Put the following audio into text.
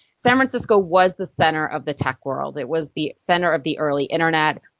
san francisco was the centre of the tech world, it was the centre of the early internet,